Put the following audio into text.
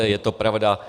Je to pravda.